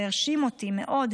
והרשים אותי מאוד,